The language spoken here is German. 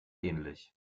ähnlich